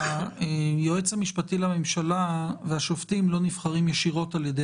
היועץ המשפטי לממשלה והשופטים לא נבחרים ישירות על ידי